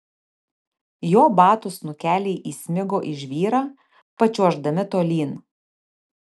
jo batų snukeliai įsmigo į žvyrą pačiuoždami tolyn